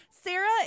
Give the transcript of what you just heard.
sarah